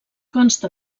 consta